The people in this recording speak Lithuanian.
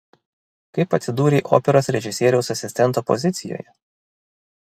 kaip atsidūrei operos režisieriaus asistento pozicijoje